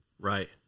right